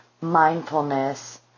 mindfulness